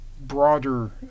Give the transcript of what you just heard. broader